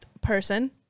person